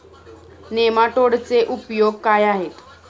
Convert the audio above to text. नेमाटोडचे उपयोग काय आहेत?